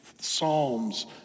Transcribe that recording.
Psalms